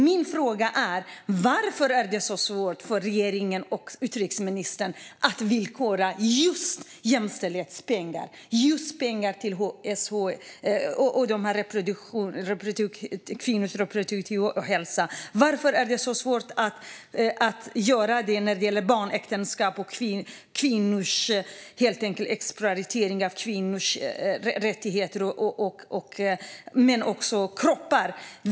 Min fråga är: Varför är det så svårt för regeringen och utrikesministern att villkora just jämställdhetspengar och pengar till just kvinnors sexuella och reproduktiva hälsa? Varför är det så svårt att göra det när det gäller barnäktenskap och exploatering av kvinnors rättigheter och kroppar?